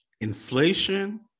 Inflation